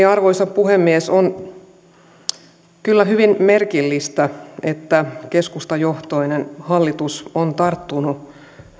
arvoisa puhemies on kyllä hyvin merkillistä että keskustajohtoiseen hallitukseen on tarttunut